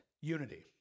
unity